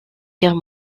guerre